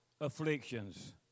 afflictions